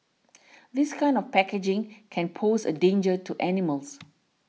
this kind of packaging can pose a danger to animals